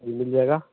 जी मिल जाएगा